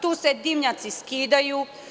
Tu se dimnjaci skidaju.